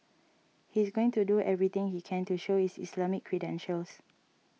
he is going to do everything he can to show his Islamic credentials